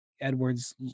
Edwards